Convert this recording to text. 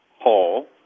hall